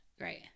Right